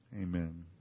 Amen